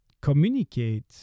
communicate